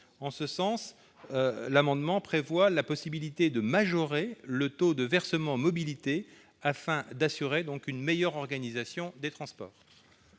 En ce sens, l'amendement prévoit la possibilité de majorer le taux du versement mobilité, afin d'assurer une meilleure organisation des transports.